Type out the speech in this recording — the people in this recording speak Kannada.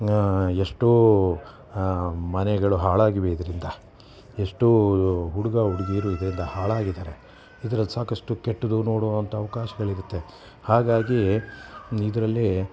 ಎಷ್ಟೋ ಮನೆಗಳು ಹಾಳಾಗಿವೆ ಇದರಿಂದ ಎಷ್ಟೋ ಹುಡುಗ ಹುಡುಗಿಯರು ಇದರಿಂದ ಹಾಳಾಗಿದ್ದಾರೆ ಇದ್ರಲ್ಲಿ ಸಾಕಷ್ಟು ಕೆಟ್ಟದ್ದು ನೋಡೋವಂಥ ಅವಕಾಶಗಳಿರುತ್ತೆ ಹಾಗಾಗಿ ಇದರಲ್ಲಿ